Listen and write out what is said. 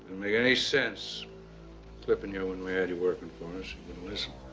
make any sense clipping you when we had you working for us. he wouldn't listen.